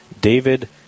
David